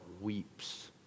weeps